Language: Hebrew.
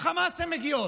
לחמאס הן מגיעות.